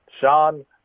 Sean